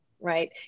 right